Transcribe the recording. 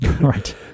Right